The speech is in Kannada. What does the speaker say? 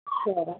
ಹಾಂ